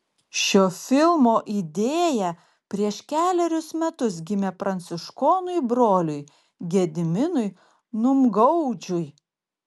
šio filmo idėja prieš kelerius metus gimė pranciškonui broliui gediminui numgaudžiui